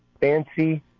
Fancy